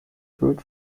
brewed